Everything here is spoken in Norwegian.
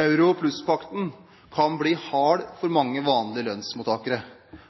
Euro Pluss-pakten kan bli hard for mange vanlige lønnsmottakere.